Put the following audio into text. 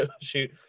shoot